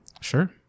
Sure